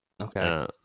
Okay